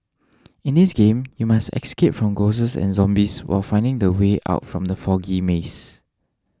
in this game you must escape from ghosts and zombies while finding the way out from the foggy maze